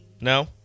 No